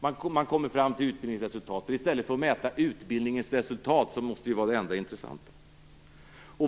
man kommer fram till utbildningsresultat i stället för att mäta utbildningens resultat, som ju måste vara det enda intressanta.